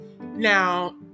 Now